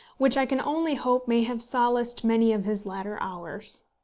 which i can only hope may have solaced many of his latter hours.